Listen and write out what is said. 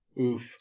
Oof